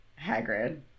Hagrid